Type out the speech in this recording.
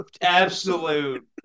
Absolute